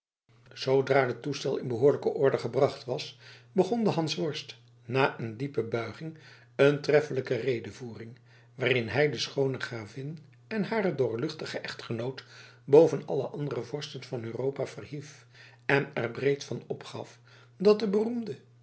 zoodra de toestel in behoorlijke orde gebracht was begon de hansworst na een diepe buiging een treflijke redevoering waarin hij de schoone gravin en haren doorluchtigen echtgenoot boven alle andere vorsten van europa verhief en er breed van opgaf dat de beroemde